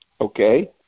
okay